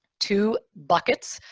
two buckets,